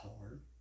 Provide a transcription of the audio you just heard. hard